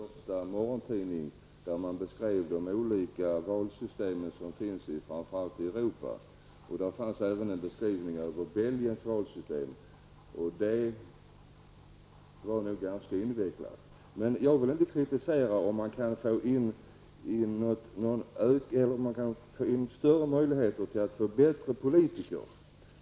Fru talman! Jag kunde häromdagen i en morgontidning läsa om olika valsystem. Man skrev framför allt om de valsystem som finns i Europa. Det fanns en beskrivning även av Belgiens valsystem, som nog är ganska invecklat. Jag vill inte kritisera ett system som gör det möjligt att få in bättre politiker.